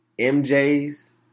MJ's